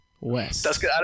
West